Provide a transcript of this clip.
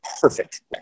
Perfect